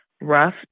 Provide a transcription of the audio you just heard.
rough